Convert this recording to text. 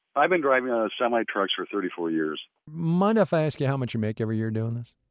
i've been driving semi-trucks for thirty four years mind if i ask you how much you make every year doing this?